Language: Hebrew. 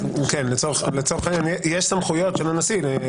וכן מתייחסים אליו וכן קוראים,